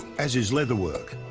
as is leatherwork